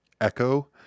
Echo